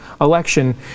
election